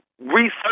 research